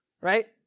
Right